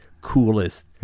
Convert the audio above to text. coolest